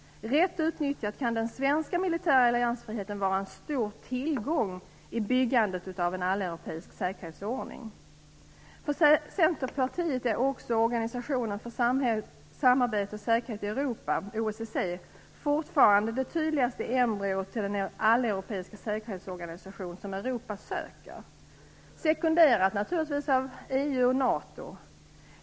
Rätt utnyttjat kan den svenska militära alliansfriheten vara en stor tillgång i byggandet av en alleuropeisk säkerhetsordning. För Centerpartiet är Organisationen för samarbete och säkerhet i Europa, OSSE, fortfarande det tydligaste embryot till den alleuropeiska säkerhetsorganisation som Europa söker, naturligtvis sekonderat av EU och NATO.